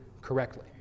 correctly